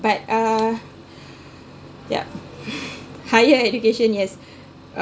but uh yup higher education yes